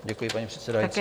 Děkuji, paní předsedající.